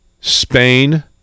Spain